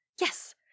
yes